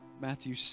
Matthew